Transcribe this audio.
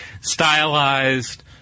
Stylized